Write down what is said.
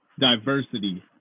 Diversity